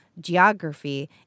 geography